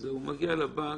הוא מגיע לבנק,